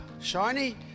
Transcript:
shiny